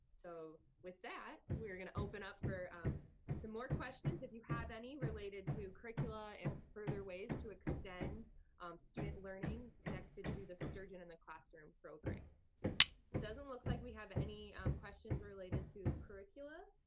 so with that, we're gonna open up for um some more questions, if you have any related to curricula and further ways to extend student learning connected to the sturgeon in the classroom program. it doesn't look like we have any um questions related to curricula.